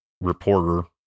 reporter